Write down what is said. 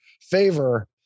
favor